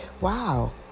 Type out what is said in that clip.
wow